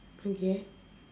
okay